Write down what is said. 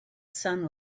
sun